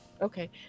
okay